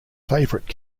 favorite